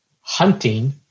hunting